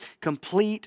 complete